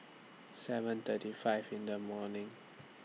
seven thirty five in The morning